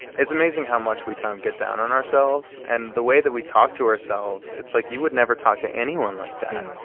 it's amazing how much we kind of get down on ourselves. and the way that we talk to ourselves, it's like you would never talk to anyone like that.